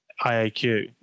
IAQ